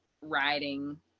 riding